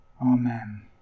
Amen